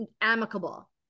amicable